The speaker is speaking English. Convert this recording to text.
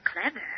Clever